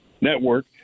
network